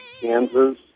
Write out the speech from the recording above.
Kansas